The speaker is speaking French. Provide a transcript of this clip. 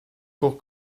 pour